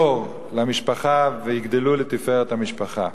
אור למשפחה, ויגדלו לתפארת המשפחה.